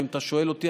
ואם אתה שואל אותי,